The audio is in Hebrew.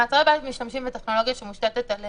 למעצרי בית משתמשים בטכנולוגיה שמושתתת על